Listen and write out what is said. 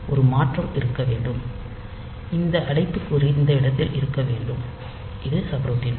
ஒரு மாற்றம் இருக்க வேண்டும் இந்த அடைப்புக்குறி இந்த இடத்தில் இருக்க வேண்டும் இது சப்ரூட்டீன்